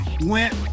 went